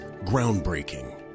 Groundbreaking